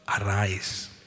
arise